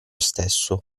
stesso